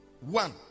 one